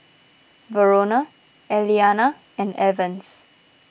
Verona Eliana and Evans